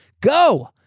go